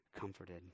comforted